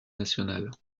nationale